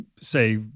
say